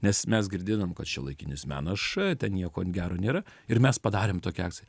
nes mes girdėdavom kad šiuolaikinis menas š ten nieko gero nėra ir mes padarėm tokią akciją